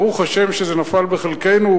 ברוך השם שזה נפל בחלקנו,